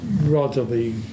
Relatively